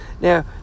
Now